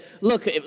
look